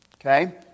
Okay